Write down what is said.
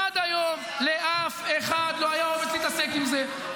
עד היום לאף אחד לא היה אומץ להתעסק עם זה.